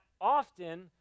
often